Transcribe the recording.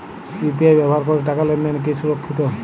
UPI ব্যবহার করে টাকা লেনদেন কি সুরক্ষিত?